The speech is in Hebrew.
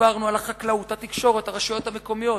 דיברנו על החקלאות, התקשורת, הרשויות המקומיות.